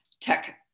tech